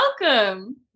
welcome